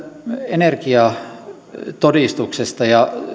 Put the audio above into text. energiatodistuksesta ja